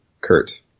Kurt